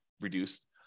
reduced